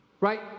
right